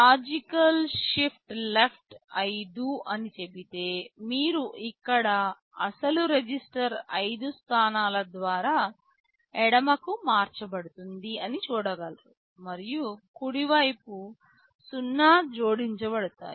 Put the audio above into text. logical shift left 5 అని చెబితే మీరు ఇక్కడ అసలు రిజిస్టర్ 5 స్థానాల ద్వారా ఎడమకు మార్చబడుతుంది అని చూడగలరు మరియు కుడివైపు 0 జోడించబడతాయి